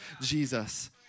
Jesus